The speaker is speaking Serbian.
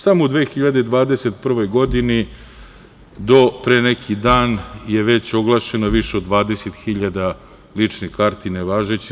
Samo u 2021. godini do pre neki dan je već oglašeno više od 20.000 ličnih karti nevažećim.